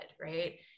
right